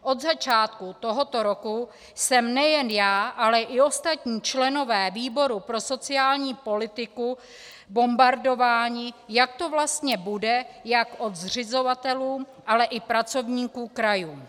Od začátku tohoto roku jsme nejen já, ale i ostatní členové výboru pro sociální politiku bombardováni, jak to vlastně bude jak od zřizovatelů, tak i pracovníků krajů.